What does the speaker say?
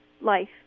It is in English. life